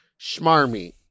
Schmarmy